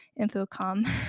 infocom